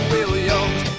Williams